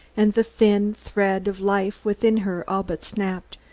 and the thin thread of life within her all but snapped.